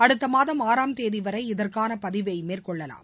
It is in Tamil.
அடுத்த மாதம் ஆறாம் தேதி வரை இதற்கான பதிவை மேற்கொள்ளலாம்